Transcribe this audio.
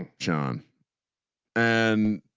ah john and